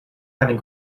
keinen